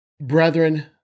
Brethren